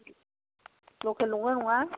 लकेल नंगौना नङा